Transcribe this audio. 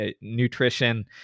nutrition